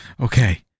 Okay